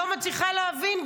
לא מצליחה להבין,